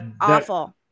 awful